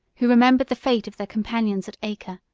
who remembered the fate of their companions at acre,